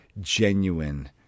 Genuine